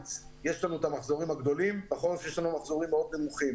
בקיץ מחזורים גדולים ובחורף מחזורים נמוכים.